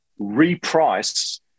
reprice